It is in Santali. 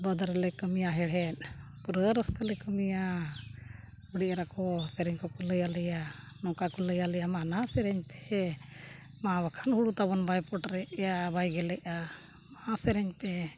ᱵᱟᱹᱫᱽ ᱨᱮᱞᱮ ᱠᱟᱹᱢᱤᱭᱟ ᱦᱮᱲᱦᱮᱫ ᱯᱩᱨᱟᱹ ᱨᱟᱹᱥᱠᱟᱹ ᱞᱮ ᱠᱟᱹᱢᱤᱭᱟ ᱵᱩᱰᱷᱤ ᱮᱨᱟᱠᱚ ᱥᱮᱨᱮᱧ ᱠᱚᱠᱚ ᱞᱟᱹᱭᱟᱞᱮᱭᱟ ᱱᱚᱝᱠᱟ ᱠᱚ ᱞᱟᱹᱭᱟᱞᱮᱭᱟ ᱢᱟ ᱱᱟ ᱥᱮᱨᱮᱧ ᱯᱮ ᱢᱟ ᱵᱟᱠᱷᱟᱱ ᱦᱩᱲᱩ ᱛᱟᱵᱚᱱ ᱵᱟᱭ ᱯᱚᱴᱮᱜᱼᱟ ᱵᱟᱭ ᱜᱮᱞᱮᱜᱼᱟ ᱢᱟ ᱥᱮᱨᱮᱧ ᱯᱮ